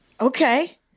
Okay